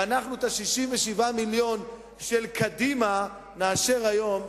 ואת 67 המיליונים של קדימה נאשר בהצבעה היום.